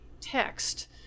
text